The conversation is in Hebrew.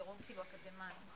דירוג אקדמאיים.